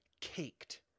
caked